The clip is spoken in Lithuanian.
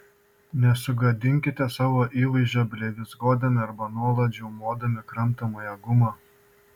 nesugadinkite savo įvaizdžio blevyzgodami arba nuolat žiaumodami kramtomąją gumą